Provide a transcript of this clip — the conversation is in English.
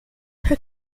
her